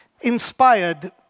inspired